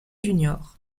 juniors